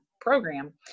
program